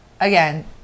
again